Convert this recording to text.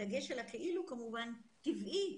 הדגש על הכאילו כמובן טבעי